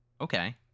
Okay